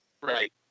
Right